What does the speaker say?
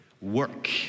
Work